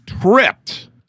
Tripped